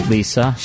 Lisa